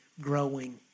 growing